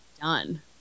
done